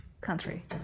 country